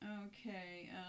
okay